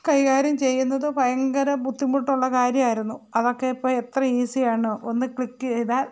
കൈകാര്യം ചെയ്യുന്നത് ഭയങ്കര ബുദ്ധിമുട്ടുള്ള കാര്യമായിരുന്നു അതൊക്കെ ഇപ്പോൾ എത്ര ഈസി ആണ് ഒന്ന് ക്ലിക്ക് ചെയ്താൽ